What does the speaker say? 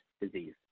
disease